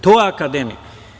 To je akademik?